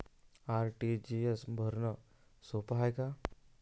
RTGS भरनं सोप हाय का?